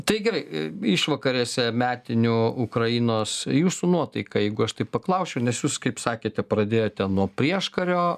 tai gerai išvakarėse metinių ukrainos jūsų nuotaika jeigu aš taip paklausčiau nes jūs kaip sakėte pradėjote nuo prieškario